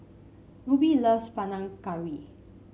Rubie loves Panang Curry